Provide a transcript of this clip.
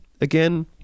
again